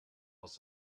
else